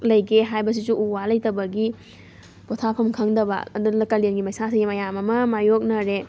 ꯂꯩꯒꯦ ꯍꯥꯏꯕꯁꯤꯁꯨ ꯎ ꯋꯥ ꯂꯩꯇꯕꯒꯤ ꯄꯣꯊꯥꯐꯝ ꯈꯪꯗꯕ ꯑꯗꯨꯅ ꯀꯥꯂꯦꯟꯒꯤ ꯃꯩꯁꯥꯁꯤꯒꯤ ꯃꯌꯥꯝ ꯑꯃ ꯃꯥꯏꯌꯣꯛꯅꯔꯦ